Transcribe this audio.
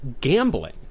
gambling